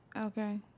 Okay